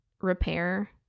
repair